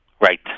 Right